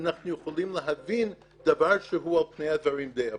אנחנו יכולים להבין דבר שהוא על פני הדברים די אבסורד.